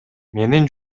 менин